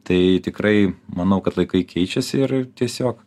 tai tikrai manau kad laikai keičiasi ir tiesiog